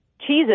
cheeses